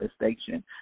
manifestation